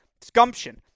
Scumption